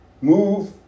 move